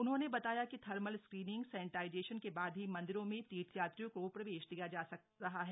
उन्होंने बताया कि थर्मल स्क्रीनिंग सैनेटाइजेशन के बाद ही मंदिरों में तीर्थ यात्रियों को प्रवेश दिया जा रहा है